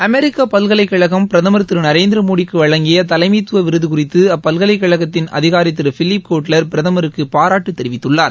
அமெிக்க பல்கலைக்கழகம் பிரதமர் திரு நரேந்திரமோடிக்கு வழங்கிய தலைமைத்துவ விருது குறித்து அப்பல்கலைக் கழகத்தின் அதிகாரி திரு பிலிப் கோட்லர் பிரதமருக்கு பாராட்டு தெரிவித்துள்ளார்